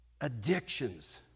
addictions